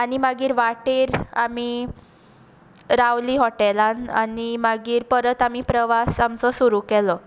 आनी मागीर वाटेर आमी रावलीं हाॅटेलांत आनी मागीर आमी परत आमचो प्रवास सुरू केलो